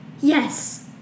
Yes